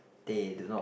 they do not